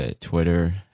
twitter